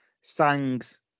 Sang's